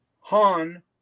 Han